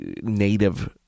native